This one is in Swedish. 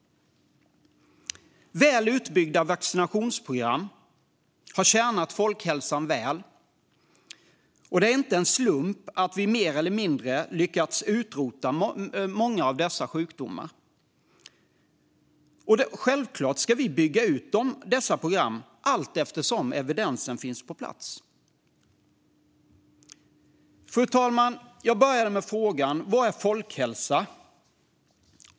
Väl utbyggda vaccinationsprogram har tjänat folkhälsan väl, och det är inte en slump att vi mer eller mindre lyckats utrota många av dessa sjukdomar. Självklart ska vi bygga ut dessa program allteftersom evidensen finns på plats. Fru talman! Jag började med frågan: Vad är folkhälsa?